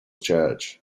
church